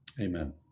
amen